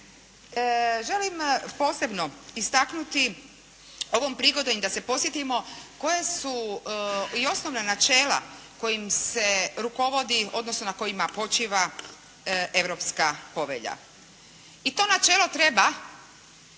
Želim posebno istaknuti ovom prigodom i da se podsjetimo koja su osnovna načela kojima se rukovodi odnosno na kojima počiva europska povelja. I to načelo treba